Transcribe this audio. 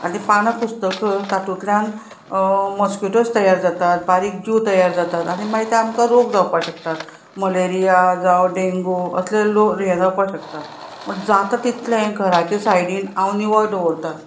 आनी तीं पानां कुसतकच तातूंतल्यान मोस्किटोज तयार जातात बारीक जीव तयार जातात आनी मागीर ते आमकां रोग जावपाक शकतात मलेरिया जावं डेंग्यू असले रोग हे जावपाक शकतात पूण जाता तितलें घराच्या सायडीन हांव निवळ दवरतां